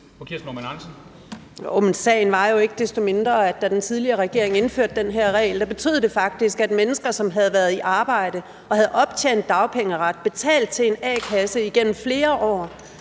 sagen var jo ikke desto mindre, at da den tidligere regering indførte den her regel, betød det faktisk, at mennesker, som havde været i arbejde og havde optjent dagpengeret og betalt til en a-kasse igennem flere år,